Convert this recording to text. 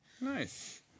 nice